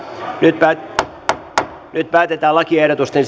nyt nyt päätetään lakiehdotusten